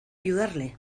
ayudarle